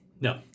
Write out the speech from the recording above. No